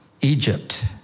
Egypt